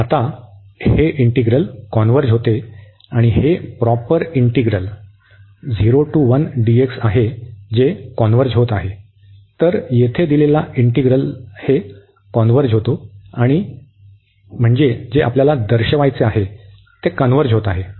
आणि आता हे इंटीग्रल कॉन्व्हर्ज होते आणि हे प्रॉपर इंटीग्रल आहे जे कन्व्हर्ज होते आहे तर येथे दिलेला इंटीग्रल हे कन्व्हर्ज होईल म्हणजे जे आपल्याला दर्शवायचे आहे ते हे कन्व्हर्ज होते आहे